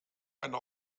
eine